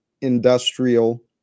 industrial